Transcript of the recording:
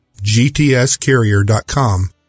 gtscarrier.com